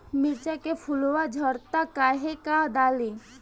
मिरचा के फुलवा झड़ता काहे का डाली?